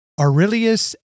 Aurelius